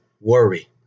worry